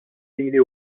lili